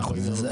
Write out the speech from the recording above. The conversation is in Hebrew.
מאה אחוז,